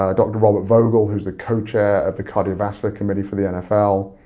ah dr. robert vogel, who's the co-chair of the cardiovascular committee for the nfl.